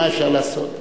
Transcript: מה אפשר לעשות,